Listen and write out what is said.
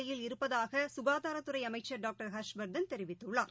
நோய் நிலையில் இருப்பதாகசுகாதாரத்துறைஅமைச்சா் டாக்டர் ஹர்ஷ்வர்தன் தெரிவித்துள்ளார்